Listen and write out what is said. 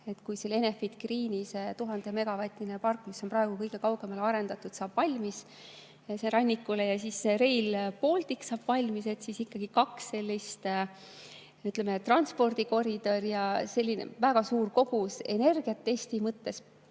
Kui see Enefit Greeni 1000‑megavatine park, mis on praegu kõige kaugemale arendatud, saab rannikul valmis ja ka Rail Baltic saab valmis, siis ikkagi kaks sellist asja, transpordikoridor ja selline väga suur kogus energiat Eesti mõttes